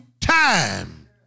time